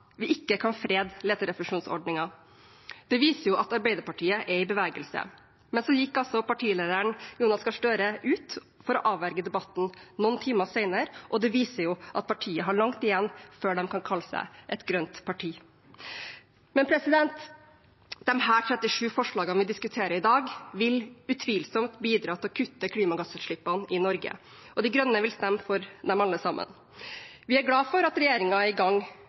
vi ikke kan frede leterefusjonsordningen. Det viser at Arbeiderpartiet er i bevegelse. Men så gikk partileder Jonas Gahr Støre ut for å avverge debatten noen timer senere, og det viser at partiet har langt igjen før de kan kalle seg et grønt parti. Men disse 37 forslagene vi diskuterer i dag, vil utvilsomt bidra til å kutte klimagassutslippene i Norge, og De Grønne vil stemme for dem alle sammen. Vi er glad for at regjeringen er i gang